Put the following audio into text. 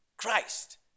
Christ